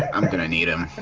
i'm gonna need them.